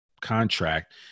contract